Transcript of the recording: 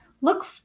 look